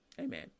Amen